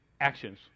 actions